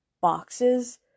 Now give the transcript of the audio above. boxes